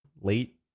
late